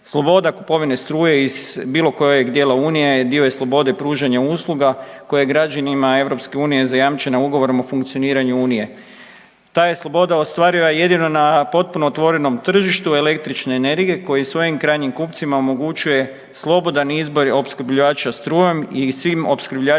Sloboda kupovine struje iz bilo kojeg dijela Unije, dio je slobode pružanja usluga koje građanima EU zajamčena Ugovorom o funkcioniranju Unije. Ta je sloboda ostvariva jedino na potpuno otvorenom tržištu električne energije koji svojim krajnjim kupcima omogućuje slobodan izbor opskrbljivača strujom i svim opskrbljivačima